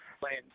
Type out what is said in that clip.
playing